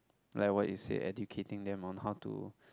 like what you say educating them on how to